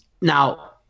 Now